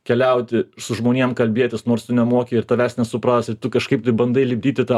keliauti su žmonėm kalbėtis nors tu nemoki ir tavęs nesupras ir tu kažkaip tai bandai lipdyti tą